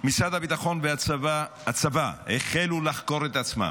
משרד הביטחון והצבא החלו לחקור את עצמם,